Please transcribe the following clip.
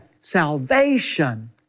salvation